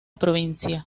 provincia